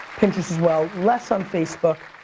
pinterest as well. less on facebook.